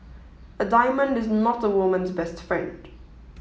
a diamond is not a woman's best friend